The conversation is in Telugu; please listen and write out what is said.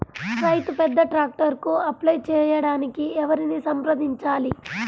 రైతు పెద్ద ట్రాక్టర్కు అప్లై చేయడానికి ఎవరిని సంప్రదించాలి?